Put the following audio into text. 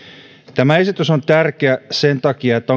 tämä esitys on tärkeä sen takia että